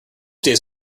days